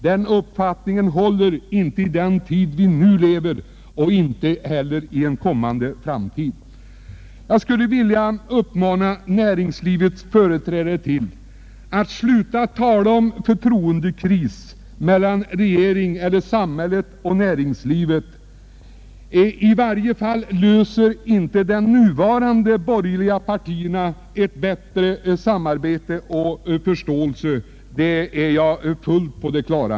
Den uppfattningen håller inte i den tid vi nu lever i och inte heller i framtiden. Jag skulle vilja uppmana näringslivets företrädare att för det första sluta tala om en förtroendekris mellan regeringen och näringslivet eller mellan samhället och näringslivet. I varje fall åstadkommer inte de nuvarande borgerliga partierna ett bättre samarbete och en bättre förståelse — det är min fasta övertygelse.